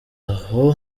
aho